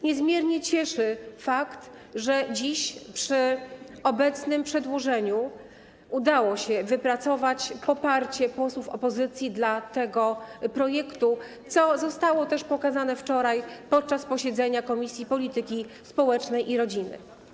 Niezmiernie cieszy fakt, że dziś przy obecnym przedłożeniu udało się wypracować poparcie posłów opozycji dla tego projektu, co zostało też pokazane wczoraj podczas posiedzenia Komisji Polityki Społecznej i Rodziny.